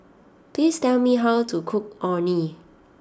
please tell me how to cook Orh Nee